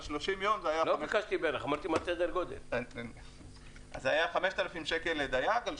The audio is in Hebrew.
על 30 יום השבתה זה היה 5,000 שקל לדייג.